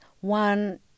One